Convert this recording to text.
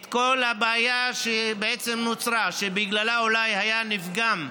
את כל הבעיה שנוצרה, שבגללה אולי היה נפגם,